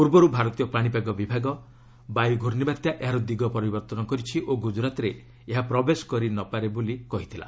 ପୂର୍ବରୁ ଭାରତୀୟ ପାଣିପାଗ ବିଭାଗ ବାୟୁ ପ୍ରର୍ଷ୍ଣିବାତ୍ୟା ଏହାର ଦିଗ ପରିବର୍ତ୍ତନ କରିଛି ଓ ଗୁଜରାତରେ ଏହା ପ୍ରବେଶ କରିନପାରେ ବୋଲି କହିଥିଲା